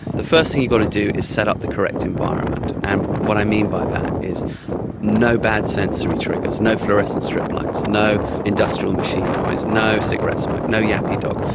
the first thing you've got to do is set up the correct environment, and what i mean by that is no bad sensory triggers, no fluorescent strip lights, no industrial machine noise, no cigarette smoke, no yappy dog,